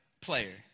player